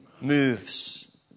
moves